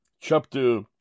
chapter